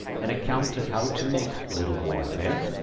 an account of how to make little warfare,